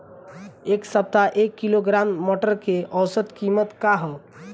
एक सप्ताह एक किलोग्राम मटर के औसत कीमत का ह?